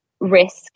risk